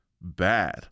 bad